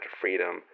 freedom